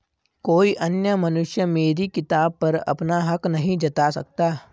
कोई अन्य मनुष्य मेरी किताब पर अपना हक नहीं जता सकता